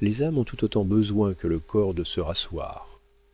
les âmes ont tout autant besoin que le corps de se